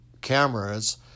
cameras